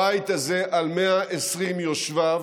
הבית הזה על 120 יושביו